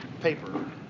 paper